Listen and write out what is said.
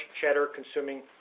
cheddar-consuming